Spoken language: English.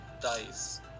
dice